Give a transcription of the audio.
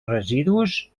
residus